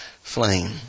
flame